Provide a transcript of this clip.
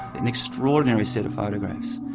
an extraordinary set of photographs.